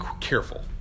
careful